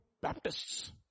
Baptists